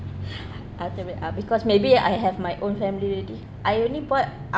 after married ah because maybe I have my own family already I only bought